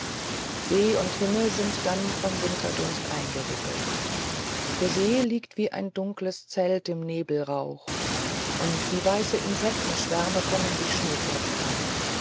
see und himmel sind dann vom winterdunst eingewickelt der see liegt wie ein dunkles zelt im nebelrauch und wie weiße insektenschwärme kommen die schneeflocken an